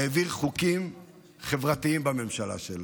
העביר חוקים חברתיים בממשלה שלו,